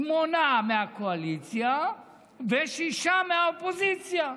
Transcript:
שמונה מהקואליציה ושישה מהאופוזיציה,